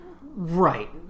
Right